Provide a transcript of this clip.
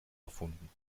erfunden